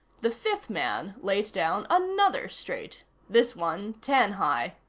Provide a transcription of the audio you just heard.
the fifth man laid down another straight this one ten high.